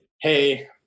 Hey